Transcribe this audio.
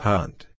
Hunt